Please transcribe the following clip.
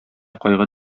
кайгы